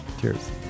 Cheers